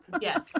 Yes